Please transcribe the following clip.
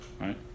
right